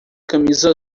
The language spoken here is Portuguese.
camisa